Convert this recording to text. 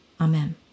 amen